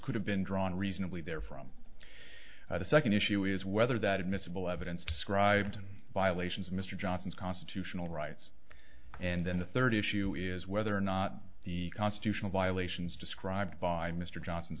could have been drawn reasonably there from the second issue is whether that admissible evidence described in violations of mr johnson's constitutional rights and then the third issue is whether or not the constitutional violations described by mr johnson's